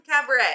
Cabaret